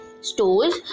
stores